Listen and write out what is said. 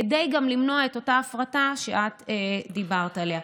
גם כדי למנוע את אותה הפרטה שאת דיברת עליה.